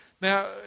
Now